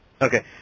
Okay